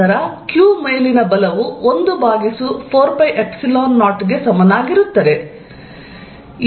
ನಂತರ q ಮೇಲಿನ ಬಲವು 1 ಭಾಗಿಸು 4π0 ಗೆ ಸಮನಾಗಿರುತ್ತದೆ